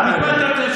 צא לקפה,